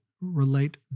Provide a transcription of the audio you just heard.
relate